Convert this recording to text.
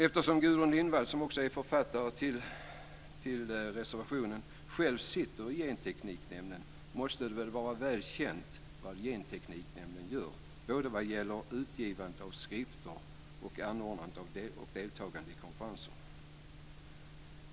Eftersom Gudrun Lindvall, som också är författare till reservationen, själv sitter med i Gentekniknämnden måste det vara väl känt vad Gentekniknämnden gör när det gäller både utgivande av skrifter och anordnande respektive deltagande i konferenser.